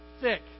thick